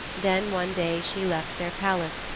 then one day she left their palace,